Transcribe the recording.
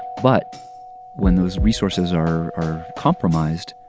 but when those resources are are compromised,